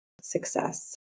success